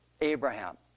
Abraham